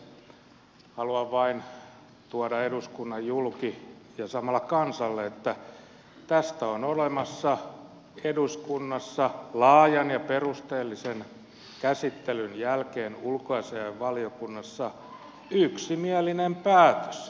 haluan vain tuoda eduskunnalle julki ja samalla kansalle että tästä on olemassa eduskunnassa laajan ja perusteellisen käsittelyn jälkeen ulkoasiainvaliokunnassa yksimielinen päätös